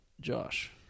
Josh